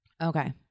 okay